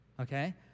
Okay